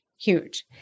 huge